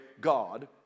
God